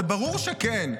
זה ברור שכן.